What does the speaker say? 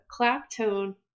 Claptone